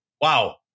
wow